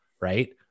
right